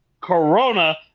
Corona